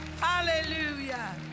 Hallelujah